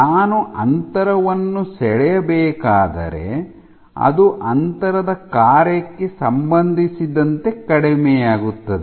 ನಾನು ಅಂತರವನ್ನು ಸೆಳೆಯಬೇಕಾದರೆ ಅದು ಅಂತರದ ಕಾರ್ಯಕ್ಕೆ ಸಂಬಂಧಿಸಿದಂತೆ ಕಡಿಮೆಯಾಗುತ್ತದೆ